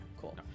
cool